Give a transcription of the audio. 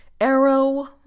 Arrow